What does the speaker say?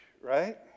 right